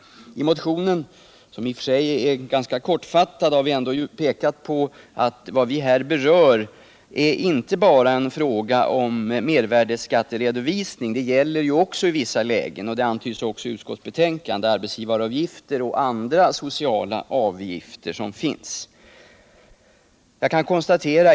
I motionen, som är ganska kortfattad, har vi visat på att problemet inte bara rör mervärdeskatteredovisning — det gäller också i vissa lägen arbetsgivaravgifter och andra sociala avgifter.